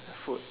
food